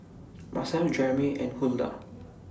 Macel Jermey and Huldah